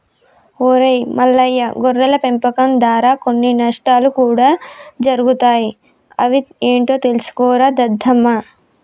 ఒరై మల్లయ్య గొర్రెల పెంపకం దారా కొన్ని నష్టాలు కూడా జరుగుతాయి అవి ఏంటో తెలుసుకోరా దద్దమ్మ